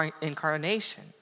incarnation